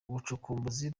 ubucukumbuzi